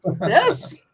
Yes